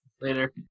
later